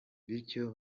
bityo